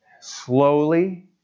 slowly